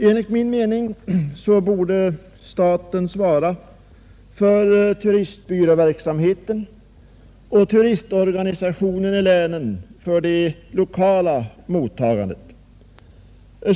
Enligt min mening borde staten svara för turistbyråverksamheten och turistorganisationerna i länen för det lokala mottagandet.